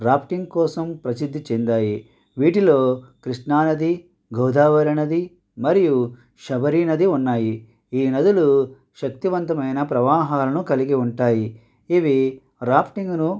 rafting కోసం ప్రసిద్ధి చెందాయి వీటిలో కృష్ణానది గోదావరి నది మరియు శబరి నది ఉన్నాయి ఈ నదులు శక్తివంతమైన ప్రవాహాలను కలిగి ఉంటాయి ఇవి రాఫ్టింగ్ను